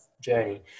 journey